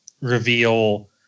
reveal